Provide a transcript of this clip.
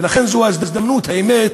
ולכן, זו ההזדמנות, האמת,